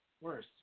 Worse